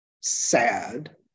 sad